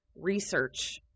research